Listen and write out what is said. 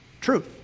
Truth